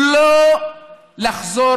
לא לחזור